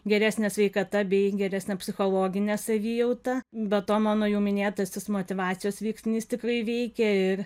geresnė sveikata bei geresnė psichologinė savijauta be to mano jau minėtasis motyvacijos veiksnys tikrai veikė ir